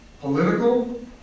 political